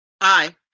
aye